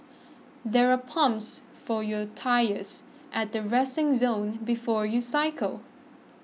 there are pumps for your tyres at the resting zone before you cycle